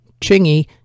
Chingy